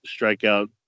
strikeout